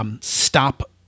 stop